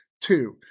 Two